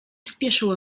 spieszyło